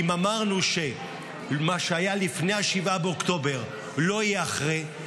אם אמרנו שמה שהיה לפני 7 באוקטובר לא יהיה אחרי,